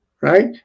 Right